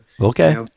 Okay